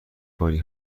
کاری